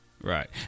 right